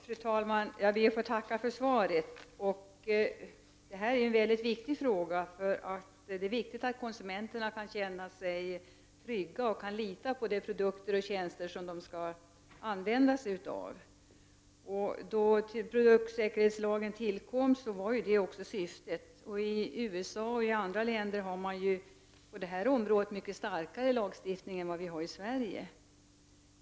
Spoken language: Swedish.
Fru talman! Jag ber att få tacka för svaret. Detta är en viktig fråga. Det är viktigt att konsumenterna kan känna sig trygga och kan lita på de produkter och tjänster som de vill använda sig av. Vid produktsäkerhetslagens tillkomst var detta också syftet. I USA och i andra länder finns det på det här området en mycket starkare lagstiftning än den vi har i Sverige.